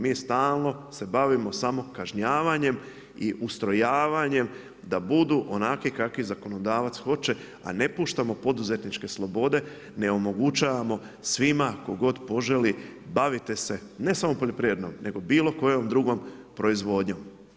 Mi stalno se bavimo samo kažnjavanjem i ustrojavanjem da budu onakvi kakvi zakonodavac hoće a ne puštamo poduzetničke slobode, ne omogućavamo svima tko god poželi bavite se, ne samo poljoprivrednom nego bilo kojom drugom proizvodnjom.